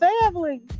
family